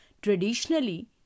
Traditionally